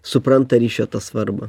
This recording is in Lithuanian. supranta ryšio tą svarbą